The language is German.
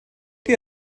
die